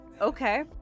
Okay